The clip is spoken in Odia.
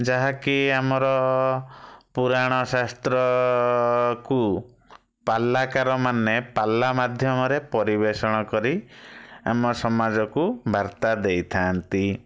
ଯାହାକି ଆମର ପୁରାଣ ଶାସ୍ତ୍ର କୁ ପାଲକାରମାନେ ପାଲା ମାଧ୍ୟମରେ ପରିବେଷଣ କରି ଆମ ସମାଜକୁ ବାର୍ତ୍ତା ଦେଇଥାନ୍ତି